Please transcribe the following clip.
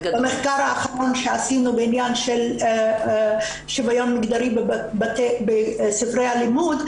במחקר האחרון שעשינו בעניין שוויון מגדרי בספרי הלימוד,